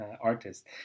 artist